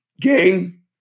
Gang